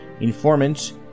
informants